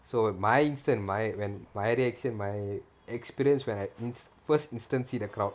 so in my instant my when my reaction in my experience when I in~ first instance see the crowd